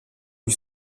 lui